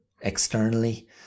externally